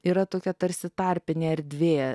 yra tokia tarsi tarpinė erdvė